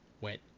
went